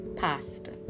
past